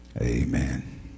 Amen